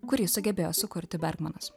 kurį sugebėjo sukurti bermanas